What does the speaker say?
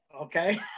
Okay